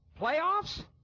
Playoffs